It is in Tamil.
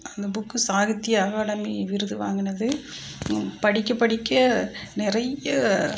அந்த புக்கு சாகித்திய அகாடமி விருது வாங்கினது படிக்க படிக்க நிறைய